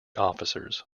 officers